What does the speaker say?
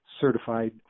certified